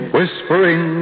Whispering